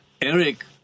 Eric